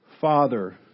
Father